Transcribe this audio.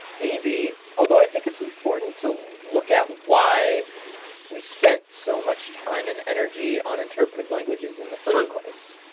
maybe. although i think it's important to look at why we spent so much time and energy on interpreted languages in the first place.